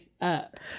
up